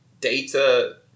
data